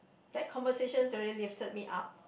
that conversation really lifted me up